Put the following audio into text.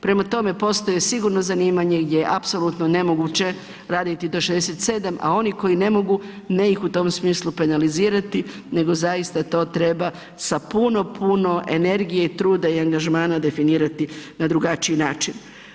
Prema tome, postoje sigurno zanimanje gdje je apsolutno nemoguće raditi do 67, a oni koji ne mogu, ne ih u tom smislu penalizirati nego zaista to treba sa puno, puno energije i truda i angažmana definirati na drugačiji način.